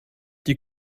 die